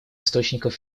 источников